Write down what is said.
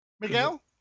Miguel